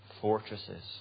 fortresses